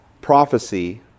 prophecy